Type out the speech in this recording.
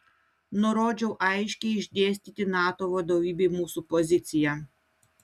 nurodžiau aiškiai išdėstyti nato vadovybei mūsų poziciją